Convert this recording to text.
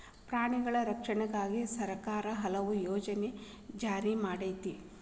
ಪ್ರಾಣಿಗಳ ರಕ್ಷಣೆಗಾಗಿನ ಸರ್ಕಾರಾ ಹಲವು ಯೋಜನೆ ಜಾರಿ ಮಾಡೆತಿ